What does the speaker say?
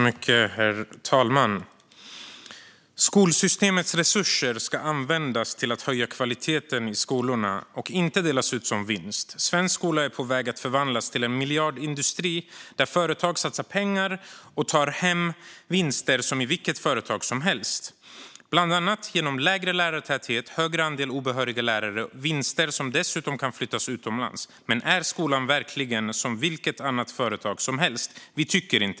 Herr talman! "Skolsystemets resurser ska användas till att höja kvaliteten i skolorna och inte delas ut som vinst. Svensk skola är på väg att förvandlas till en miljardindustri där företag satsar pengar och tar hem vinster som i vilket annat företag som helst, bland annat genom lägre lärartäthet och högre andel obehöriga lärare. Dessa vinster flyttas alltsomoftast också utomlands. Vi anser dock inte att skolan kan betraktas som vilket annat företag som helst."